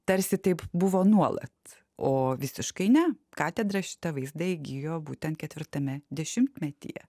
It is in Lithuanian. tarsi taip buvo nuolat o visiškai ne katedra šitą vaizdą įgijo būtent ketvirtame dešimtmetyje